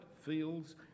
fields